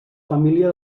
família